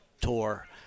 tour